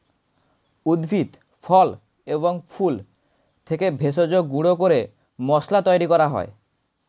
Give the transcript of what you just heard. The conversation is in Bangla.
উদ্ভিদ, ফল এবং ফুল থেকে ভেষজ গুঁড়ো করে মশলা তৈরি করা হয়